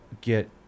get